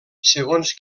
segons